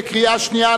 בקריאה שנייה?